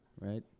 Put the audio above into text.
Right